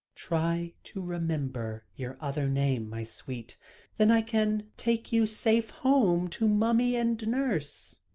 try to remember your other name, my sweet then i can take you safe home to mummy and nurse.